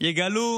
יגלו